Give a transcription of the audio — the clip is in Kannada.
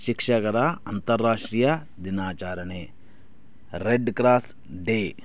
ಶಿಕ್ಷಕರ ಅಂತರಾಷ್ಟ್ರೀಯ ದಿನಾಚರಣೆ ರೆಡ್ ಕ್ರಾಸ್ ಡೇ